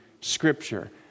Scripture